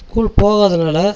school போகாதனால்